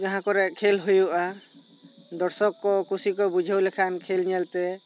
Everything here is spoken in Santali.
ᱡᱟᱦᱟᱸ ᱠᱚᱨᱮ ᱠᱷᱮᱞ ᱦᱩᱭᱩᱜ ᱟ ᱫᱚᱨᱥᱚᱠ ᱠᱚ ᱠᱩᱥᱤ ᱠᱚ ᱵᱩᱡᱷᱟᱹᱣ ᱞᱮᱠᱷᱟᱱ ᱠᱷᱮᱞ ᱧᱮᱞ ᱛᱮ